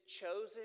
chosen